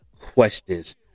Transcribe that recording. questions